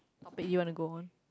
topic you want to go on